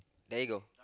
there you go